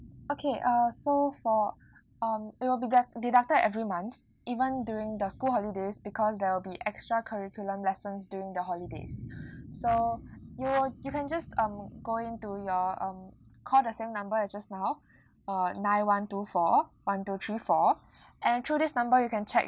okay uh so for um it will be dedu~ deducted every month even during the school holidays because there will be extra curriculum lessons during the holidays so you will you can just um go in to your um call the same number as just now uh nince one two four one two three four and through this number you can check